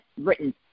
written